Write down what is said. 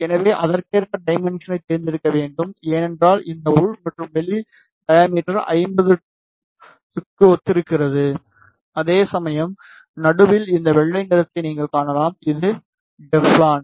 எனவே அதற்கேற்ப டைமென்ஷன்களை தேர்ந்தெடுக்க வேண்டும் ஏனென்றால் இந்த உள் மற்றும் வெளி டையாமீட்டர் 50 to க்கு ஒத்திருக்கிறது அதேசமயம் நடுவில் இந்த வெள்ளை நிறத்தை நீங்கள் காணலாம் இது டெஃளான்